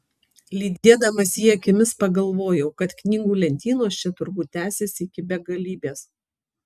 lydėdamas jį akimis pagalvojau kad knygų lentynos čia turbūt tęsiasi iki begalybės